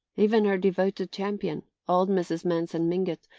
even her devoted champion, old mrs. manson mingott,